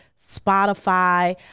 Spotify